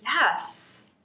yes